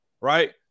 right